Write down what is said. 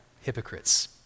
hypocrites